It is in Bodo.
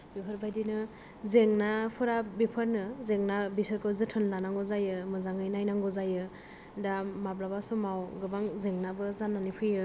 बेफोरबादिनो जेंना फोरा बेफोरनो जेंना बिसोरखौ जोथोन लानांगौ जायो मोजाङै नायनांगौ जायो दा माब्लाबा समाव गोबां जेंनाबो जानानै फैयो